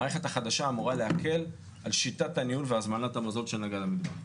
המערכת החדשה אמורה להקל על שיטת הניהול והזמנת המזון של נגדי המטבח.